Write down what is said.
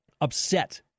upset